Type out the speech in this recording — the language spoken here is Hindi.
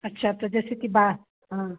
अच्छा तो जैसे कि बात हाँ